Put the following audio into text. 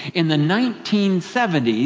in the nineteen seventy s,